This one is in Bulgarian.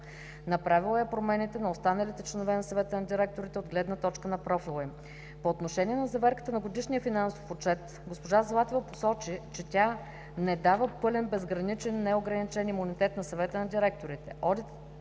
Направила е промените на останалите членове на Съвета на директорите от гледна точка на профила им. По отношение на заверката на годишния финансов отчет госпожа Златева посочи, че тя не дава пълен, безграничен, неограничен имунитет на Съвета на директорите.